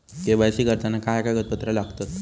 KYC करताना काय कागदपत्रा लागतत?